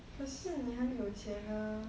可是你很有钱啊